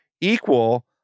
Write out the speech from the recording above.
equal